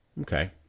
Okay